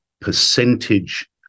percentage